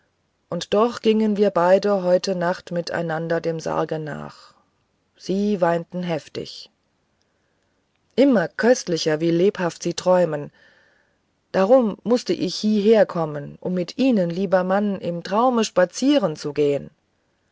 und doch gingen wir beide heute nacht miteinander dem sarge nach sie weinten heftig immer köstlicher wie lebhaft sie träumen darum mußte ich hieher kommen um mit ihnen lieber mann im traume spazieren zu gehen